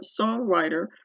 songwriter